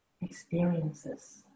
experiences